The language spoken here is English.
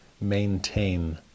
maintain